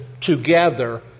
together